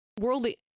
worldly